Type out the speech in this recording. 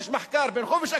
בין חופש מחקר,